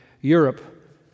Europe